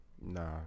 nah